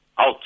out